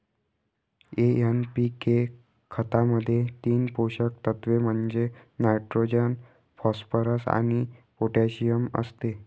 NPK खतामध्ये तीन पोषक तत्व म्हणजे नायट्रोजन, फॉस्फरस आणि पोटॅशियम असते